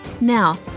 Now